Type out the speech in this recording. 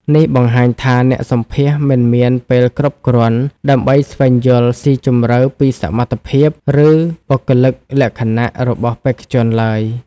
នេះបង្ហាញថាអ្នកសម្ភាសន៍មិនមានពេលគ្រប់គ្រាន់ដើម្បីស្វែងយល់ស៊ីជម្រៅពីសមត្ថភាព ឬបុគ្គលិកលក្ខណៈរបស់បេក្ខជនឡើយ។